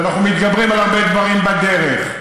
ואנחנו מתגברים על הרבה דברים בדרך.